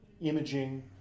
imaging